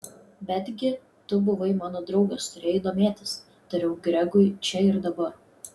betgi tu buvai mano draugas turėjai domėtis tariau gregui čia ir dabar